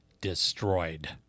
destroyed